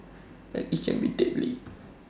and IT can be deadly